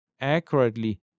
accurately